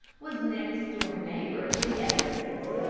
was next-door neighbor to the edwardses.